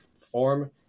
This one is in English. perform